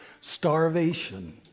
Starvation